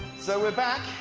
so we're back.